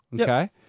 Okay